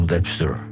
Webster